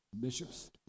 bishops